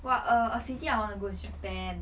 !wah! err a city I want to go to japan